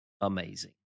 amazing